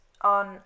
on